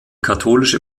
katholische